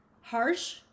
harsh